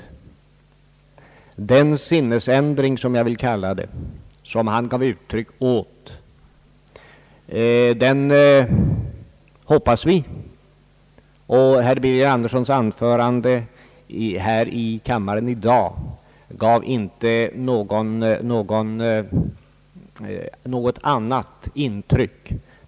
Vi i centern hoppas att den sinnesändring, som jag vill kalla det, som han gav uttryck åt skall fortsätta — och herr Birger Anderssons anförande här i kammaren i dag gav inte heller något annat intryck.